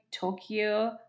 Tokyo